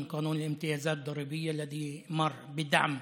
שעבר בתמיכה,